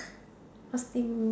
optimis